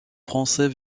français